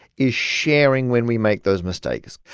is sharing when we make those mistakes.